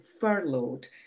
furloughed